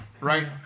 right